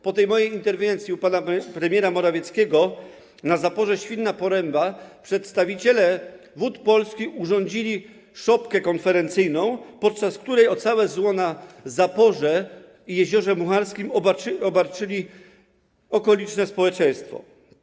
Po tej mojej interwencji u pana premiera Morawieckiego na zaporze na zbiorniku Świnna Poręba przedstawiciele Wód Polskich urządzili szopkę konferencyjną, podczas której o całe zło na zaporze i Jeziorze Mucharskim posądzili okoliczne społeczeństwo.